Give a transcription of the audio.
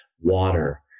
water